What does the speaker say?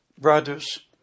Brothers